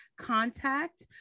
contact